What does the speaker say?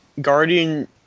Guardian